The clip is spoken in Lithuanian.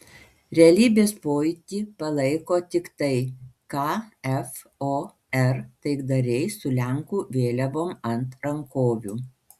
realybės pojūtį palaiko tiktai kfor taikdariai su lenkų vėliavom ant rankovių